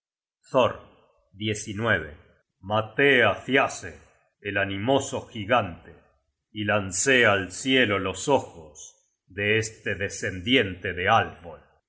thor maté á thiasse el animoso gigante y lancé al cielo los ojos de este descendiente de